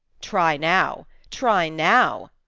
try now, try now,